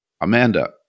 Amanda